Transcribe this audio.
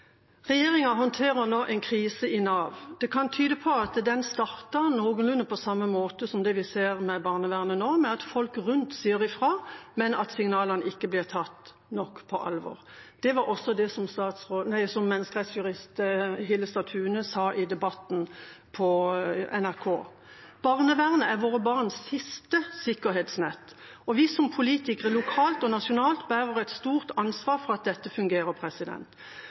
vi ser med barnevernet nå, med at folk rundt sier ifra, men at signalene ikke blir tatt nok på alvor. Det var også det menneskerettsjurist Hillestad Thune sa i Debatten på NRK. Barnevernet er våre barns siste sikkerhetsnett, og vi som politikere lokalt og nasjonalt bærer et stort ansvar for at dette fungerer.